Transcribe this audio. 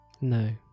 No